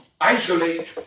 isolate